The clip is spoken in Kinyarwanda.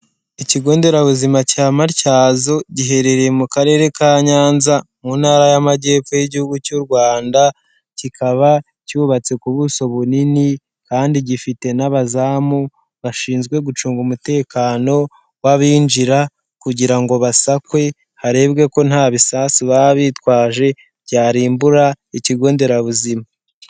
Ikigo Nderabuzima cya Matyazo giherereye mu Karere ka Nyanza, mu Ntara y'Amajyepfo y'Igihugu cy'u Rwanda, kikaba cyubatse ku buso bunini kandi gifite n'abazamu bashinzwe gucunga umutekano w'abinjira, kugira ngo basakwe harebwe ko nta bisasu baba bitwaje, byarimbura Ikigo Nderabuzima.